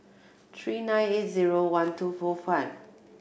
three nine eight zero one two four five